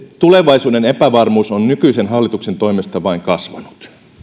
tulevaisuuden epävarmuus on nykyisen hallituksen toimesta vain kasvanut